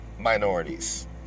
minorities